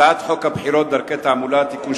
הצעת חוק הבחירות (דרכי תעמולה) (תיקון,